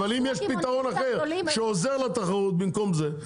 אבל אם יש פתרון אחר שעוזר לתחרות במקום זה,